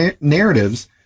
narratives